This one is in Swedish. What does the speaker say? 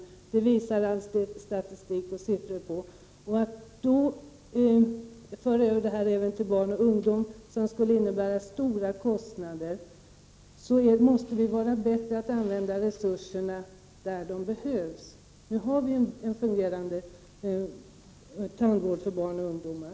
All statistik och alla siffror visar på detta. Att då ändra på detta så att tandvårdsförsäkringen skulle gälla även 59 barn och ungdomar skulle innebära stora kostnader. Då måste det ju vara bättre att använda resurserna där de behövs. Vi har ju redan en fungerande tandvård för barn och ungdomar.